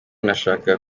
nashakaga